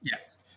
Yes